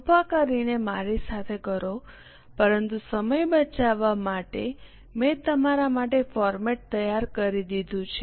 કૃપા કરીને મારી સાથે કરો પરંતુ સમય બચાવવા માટે મેં તમારા માટે ફોર્મેટ તૈયાર કરી દીધું છે